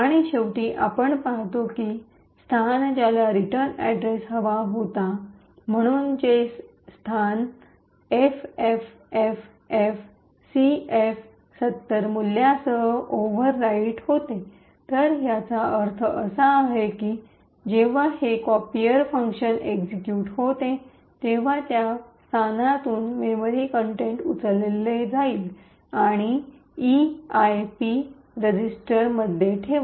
आणि शेवटी आपण पाहतो की हे स्थान ज्याला रिटर्न अड्रेस हवा होता म्हणून हे स्थान एफएफएफएफसीएफ७० मूल्यासह ओव्हर राईट होते तर याचा अर्थ असा आहे की जेव्हा हे कॉपीर फंक्शन एक्सिक्यूट होते तेव्हा त्या स्थानतून मेमरी कंटेंट उचलले जाईल आणि ईआयपी रजिस्टरमध्ये ठेवा